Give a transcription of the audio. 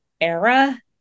era